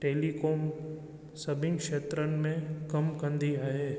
telecom सभिनि क्षेत्रनि में कमु कंदी आहे